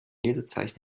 lesezeichen